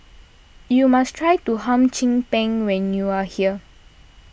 you must try Hum Chim Peng when you are here